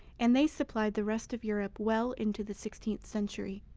and they supplied the rest of europe well into the sixteenth century.